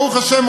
ברוך השם,